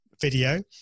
video